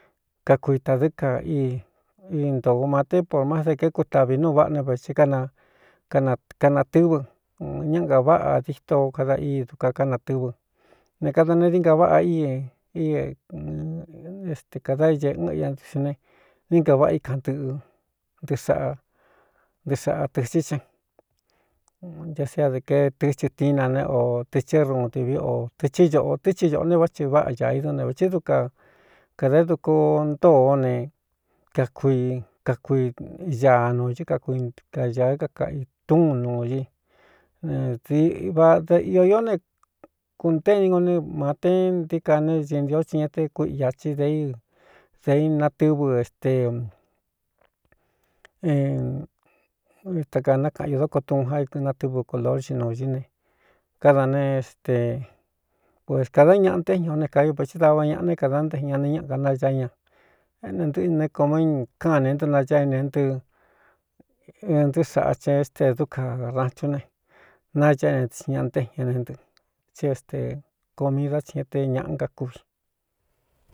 Lakui tādɨ́ ka íi i ntōo maté por má de kékutavī nú váꞌa né vēcɨ kánakanatɨvɨ ñáꞌanga váꞌa dito kada íi duka kánatɨvɨ ne kada nee di ngaváꞌa ii éste kāda éñēꞌɨn ia ntixin ne ninkaváꞌa í kaꞌan ntɨꞌɨ ntɨɨ saꞌa ntɨɨ saꞌa tɨ̄xí cán nta sé adɨ ke tɨchɨ tií na ne o te csɨ ruun ntɨví ō tē thɨ ñoꞌo tɨ thi ñōꞌo ne vá tsi váꞌa ñā idún ne vēthi dukan kadā duku ntóoó ne kakui kakui ñaa nuū ñɨ kakui kañāa kakaꞌi túun nuu ñɨ ne diva da iō ió né kuntéꞌni ngo ne māté ntií ka né sii ntió ti ña te kuiꞌi ñāchí de i dēi na tɨvɨ estee ta kanákaꞌan o dóko tuun ja natɨvɨ kolorci nuū ñɨ́ ne káda nee éste puēs kādá ñaꞌa nté iña o né kā ñú vēthi dava ñaꞌa né kada ntéjin ña ne ñaꞌa ga naya ña éne ntɨꞌɨ ñané ko mí káꞌan ne ntɨ naña éne ntɨ ɨ ntɨ́́ saꞌa cha estee dúka ranchún ne nayaꞌ éne ntɨ xi ñaꞌa ntéꞌiña ne ntɨ tsí éste koomi dá tsi ña te ñaꞌa nka kúan.